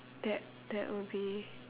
that that would be